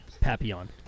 Papillon